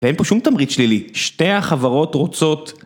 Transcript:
ואין פה שום תמריץ שלילי, שתי החברות רוצות...